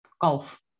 Golf